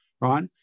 right